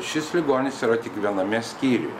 šis ligonis yra tik viename skyriuje